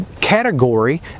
category